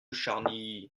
charny